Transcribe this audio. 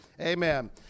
Amen